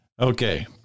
Okay